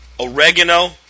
oregano